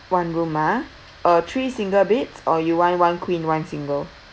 one room ah uh three single beds or you want one queen one single